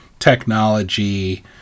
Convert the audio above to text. Technology